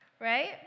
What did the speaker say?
Right